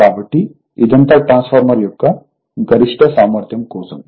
కాబట్టిఇదంతా transformer యొక్క గరిష్ట సామర్థ్యం కోసం